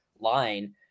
line